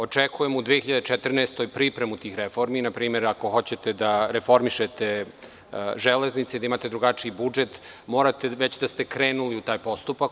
Očekujemo u 2014. godini pripremu tih reformi, npr. ako hoćete da reformišete „Železnice“, da imate drugačiji budžet, morate već da ste krenuli u taj postupak.